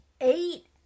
Eight